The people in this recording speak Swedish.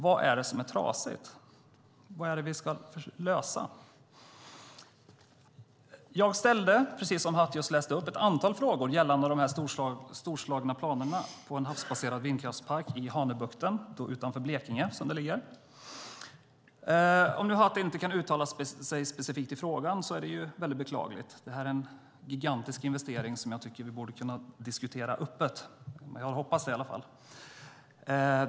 Vad är det som trasigt? Vad är vi ska lösa? Jag ställde, precis som Hatt just läste upp, ett antal frågor gällande de här storslagna planerna på en havsbaserad vindkraftspark i Hanöbukten utanför Blekinge. Det är mycket beklagligt om Hatt inte kan uttala sig specifikt i frågan. Det här är en gigantisk investering som jag tycker att vi borde kunna diskutera öppet. Jag hoppas det i alla fall.